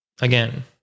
Again